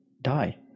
die